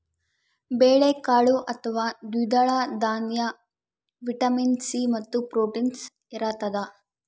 ಬೇಳೆಕಾಳು ಅಥವಾ ದ್ವಿದಳ ದಾನ್ಯ ವಿಟಮಿನ್ ಸಿ ಮತ್ತು ಪ್ರೋಟೀನ್ಸ್ ಇರತಾದ